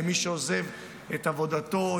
למי שעוזב את עבודתו,